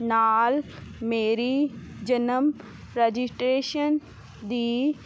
ਨਾਲ ਮੇਰੀ ਜਨਮ ਰਜਿਸਟ੍ਰੇਸ਼ਨ ਦੀ